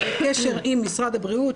קשר עם משרד הבריאות,